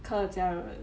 客家人